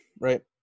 right